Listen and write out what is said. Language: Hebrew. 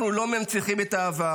אנחנו לא רק מנציחים את העבר,